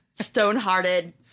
stone-hearted